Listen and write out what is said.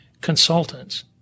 consultants